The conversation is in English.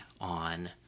on